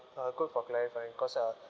uh good for clarifying cause uh